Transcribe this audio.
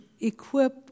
equip